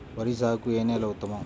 వరి సాగుకు ఏ నేల ఉత్తమం?